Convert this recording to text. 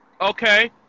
okay